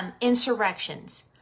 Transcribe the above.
insurrections